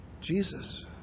Jesus